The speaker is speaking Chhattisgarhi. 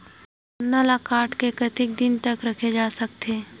गन्ना ल काट के कतेक दिन तक रखे जा सकथे?